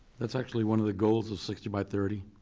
that's actually one of the goals of sixty by thirty.